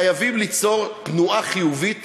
חייבים ליצור תנועה חיובית